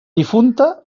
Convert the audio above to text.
difunta